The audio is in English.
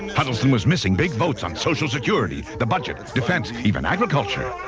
huddleston was missing big votes on social security, the budget, defense even agriculture.